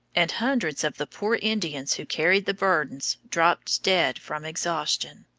and hundreds of the poor indians who carried the burdens dropped dead from exhaustion.